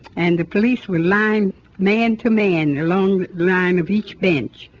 and the police were lined man to man along the line of each bench.